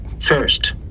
first